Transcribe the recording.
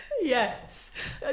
Yes